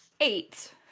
Eight